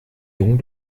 jung